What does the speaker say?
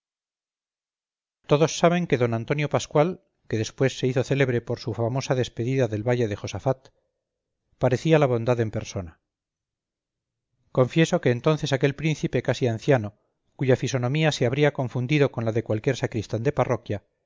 todos saben que d antonio pascual que después se hizo célebre por su famosa despedida del valle de josafat parecía la bondad en persona confieso que entonces aquel príncipe casi anciano cuya fisonomía se habría confundido con la de cualquier sacristán de parroquia